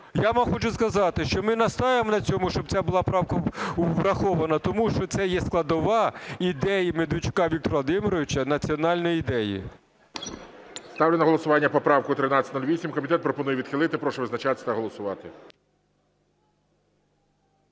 Я вам хочу сказати, що ми настоюємо на цьому, щоб ця була правка врахована. Тому що це є складова ідеї Медведчука Віктора Володимировича, національної ідеї. ГОЛОВУЮЧИЙ. Ставлю на голосування поправку 1308. Комітет пропонує відхилити. Прошу визначатись та голосувати.